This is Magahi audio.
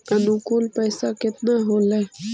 अनुकुल पैसा केतना होलय